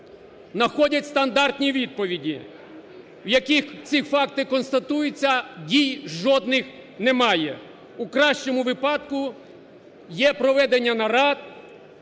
знаходять стандартні відповіді в яких ці факти констатуються, дій жодних немає, в кращому випадку є проведення народ